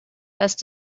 best